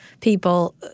people